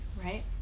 Right